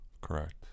correct